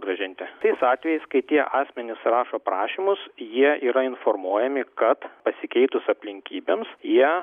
grąžinti tais atvejais kai tie asmenys rašo prašymus jie yra informuojami kad pasikeitus aplinkybėms jie